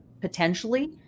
potentially